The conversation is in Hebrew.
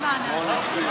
--- מוותרת.